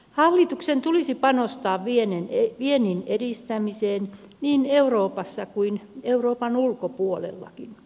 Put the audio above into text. hallituksen tulisi panostaa viennin edistämiseen niin euroopassa kuin euroopan ulkopuolellakin